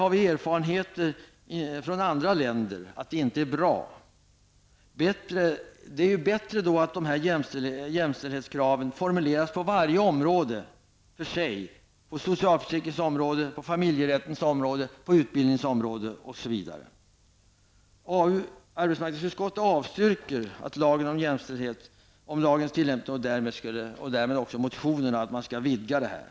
Vi har erfarenheter av förhållandena i andra länder i det sammanhanget och vet att det inte är bra. Då är det bättre att jämställdhetskraven formuleras områdesvis. Varje område tas alltså upp för sig -- Arbetsmarknadsutskottet avstyrker förslagen beträffande lagen om jämställdhet. Det gäller alltså också de motioner som har väckts i detta sammanhang och där man säger att man vill ha en utvidgning.